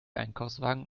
einkaufswagen